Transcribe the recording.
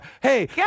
hey